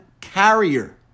carrier